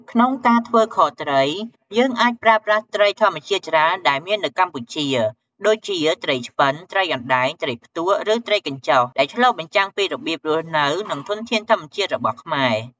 ក្នុងការធ្វើខត្រី យើងអាចប្រើប្រាស់ត្រីធម្មជាច្រើនដែលមាននៅកម្ពុជា ដូចជាត្រីឆ្ពិន ត្រីអណ្ដែង ត្រីផ្ទក់ ឬត្រីកញ្ចុះ ដែលឆ្លុះបញ្ចាំងពីរបៀបរស់នៅ និងធនធានធម្មជាតិរបស់ខ្មែរ។